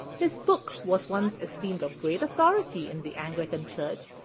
his book was once esteemed of great authority in the anglican church,